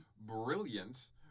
brilliance